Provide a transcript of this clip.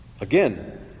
again